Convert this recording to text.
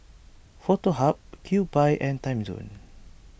Foto Hub Kewpie and Timezone